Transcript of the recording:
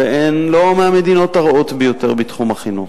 והן לא מהמדינות הרעות ביותר בתחום החינוך.